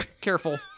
Careful